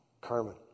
Carmen